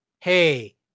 Hey